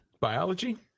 Biology